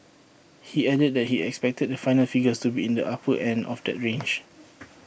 he added that he expected the final figures to be in the upper end of that range